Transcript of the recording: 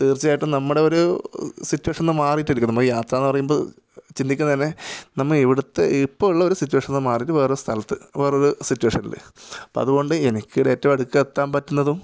തീര്ച്ചയായിട്ടും നമ്മുടെയൊരു സിറ്റുവേഷനിൽ നിന്ന് മാറിയിട്ടിരിക്കണം നമ്മൾ ഈ യാത്രയെന്നു പറയുമ്പോൾ ചിന്തിക്കുന്നതു തന്നെ നമ്മൾ ഇവിടുത്തെ ഇപ്പോൾ ഉള്ള ഒരു സിറ്റുവേഷനിൽ നിന്നു മാറിയിട്ട് വേറെ സ്ഥലത്ത് വേറൊരു സിറ്റുവേഷനിൽ അപ്പം അതുകൊണ്ട് എനിക്കിവിടേറ്റവും അടുക്കലെത്താന് പറ്റുന്നതും